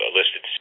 listed